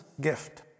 gift